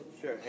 sure